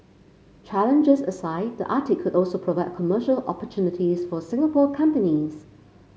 challenges aside the Arctic could also provide commercial opportunities for Singapore companies